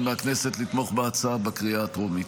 מהכנסת לתמוך בהצעה בקריאה הטרומית.